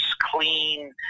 clean